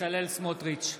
בצלאל סמוטריץ'